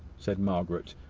said margaret,